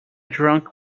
drunk